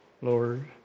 Lord